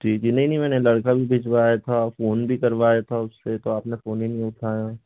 जी जी नहीं नहीं मैंने लड़का भी भिजवाया था फोन भी करवाया था उससे तो आपने फोन ही नहीं उठाया